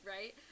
Right